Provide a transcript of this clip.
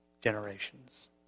generations